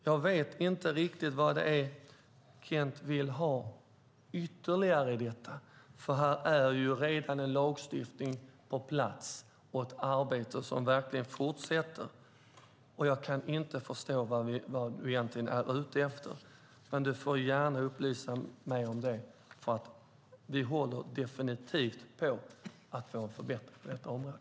Jag vet inte riktigt vad det är Kent vill ha ytterligare, för här finns ju redan en lagstiftning på plats och ett arbete som verkligen fortsätter. Jag kan inte förstå vad du egentligen är ute efter. Men du får gärna upplysa mig om det, för vi håller definitivt på att förbättra på detta område.